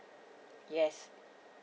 yes